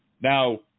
Now